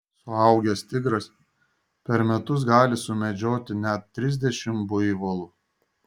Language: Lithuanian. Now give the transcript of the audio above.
suaugęs tigras per metus gali sumedžioti net trisdešimt buivolų